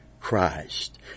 Christ